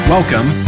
Welcome